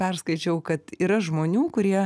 perskaičiau kad yra žmonių kurie